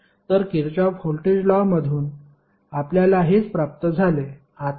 तर Kirchhoff voltage law मधून आपल्याला हेच प्राप्त झाले